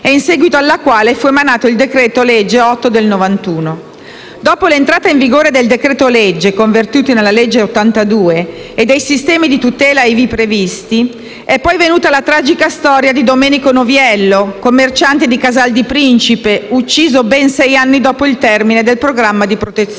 e in seguito alla quale fu emanato il decreto-legge n. 8 del 1991. Dopo l'entrata in vigore del decreto-legge (convertito nella legge n. 82 del 1991) e dei sistemi di tutela ivi previsti, è poi venuta la tragica storia di Domenico Noviello, commerciante di Casal di Principe, ucciso ben sei anni dopo il termine del programma di protezione.